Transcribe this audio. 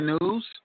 news